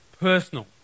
personal